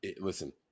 listen